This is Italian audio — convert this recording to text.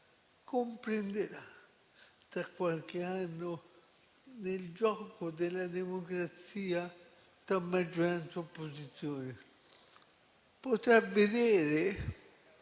comprenderà tra qualche anno del gioco della democrazia tra maggioranza e opposizione? Potrà vedere